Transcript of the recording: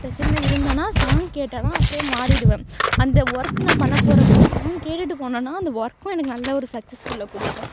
பிரச்சனை இருந்தனா சாங் கேட்டால்தான் அப்படியே மாறிடுவேன் அந்த ஒர்க் நான் பண்ணப்போகிறப்போ அந்த சாங் கேட்டுட்டு போனோனா அந்த ஒர்க்கும் எனக்கு நல்ல ஒரு சக்சஸ்ஃபுலை கொடுக்கும்